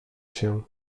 się